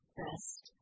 best